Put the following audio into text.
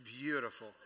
beautiful